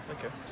Okay